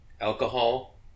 alcohol